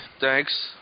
Thanks